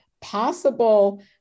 possible